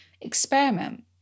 experiment